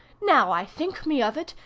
now i think me of it,